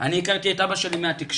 אני הכרתי את אבא שלי מהתקשורת,